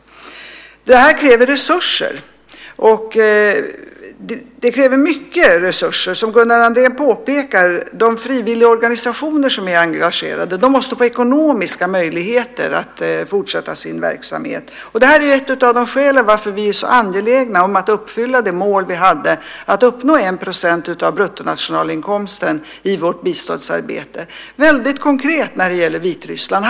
Det här kräver resurser - mycket resurser. Som Gunnar Andrén påpekar måste de frivilligorganisationer som är engagerade få ekonomiska möjligheter att fortsätta sin verksamhet. Det här är ett av skälen till att vi är så angelägna om att uppfylla det mål vi hade, att uppnå 1 % av bruttonationalinkomsten i vårt biståndsarbete. Det är väldigt konkret när det gäller Vitryssland.